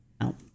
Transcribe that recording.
out